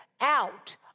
out